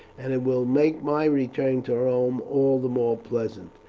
and it will make my return to rome all the more pleasant,